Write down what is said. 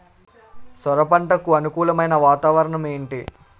సొర పంటకు అనుకూలమైన వాతావరణం ఏంటి?